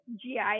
GI